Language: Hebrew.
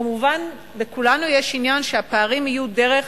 מובן שלכולנו יש עניין שהפערים יהיו דרך